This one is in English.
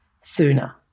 sooner